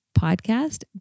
Podcast